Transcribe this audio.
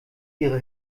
ihre